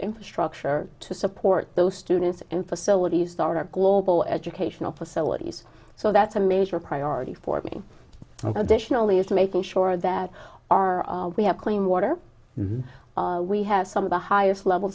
infrastructure to support those students in facilities start our global educational facilities so that's a major priority for me only is making sure that our we have clean water we have some of the highest level